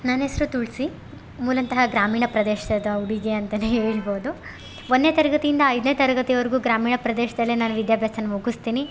ನನ್ನೆಸರು ತುಳಸಿ ಮೂಲತಃ ಗ್ರಾಮೀಣ ಪ್ರದೇಶದ ಹುಡುಗಿ ಅಂತ ಹೇಳ್ಬೋದು ಒಂದನೆ ತರಗತಿಯಿಂದ ಐದನೆ ತರಗತಿವರೆಗು ಗ್ರಾಮೀಣ ಪ್ರದೇಶದಲ್ಲೆ ನಾನು ವಿದ್ಯಾಭ್ಯಾಸನ ಮುಗಿಸ್ತಿನಿ